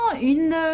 une